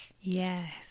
Yes